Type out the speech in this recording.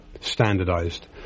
standardized